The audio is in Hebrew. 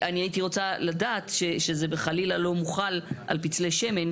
אני הייתי רוצה לדעת שזה חלילה לא מוחל על פצלי שמן,